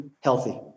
healthy